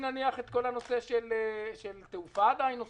על כל נושא התעופה הוא עדיין אחראי.